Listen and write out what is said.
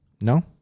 No